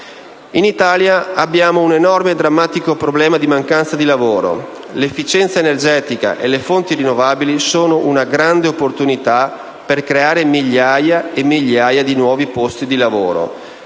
In Italia abbiamo un enorme e drammatico problema di mancanza di lavoro. L'efficienza energetica e le fonti rinnovabili rappresentano una grande opportunità per creare molte migliaia di nuovi posti di lavoro: